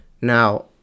Now